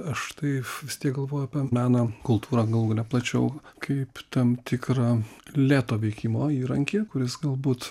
aš tai vis tiek galvoju apie meną kultūrą galų gale plačiau kaip tam tikrą lėto veikimo įrankį kuris galbūt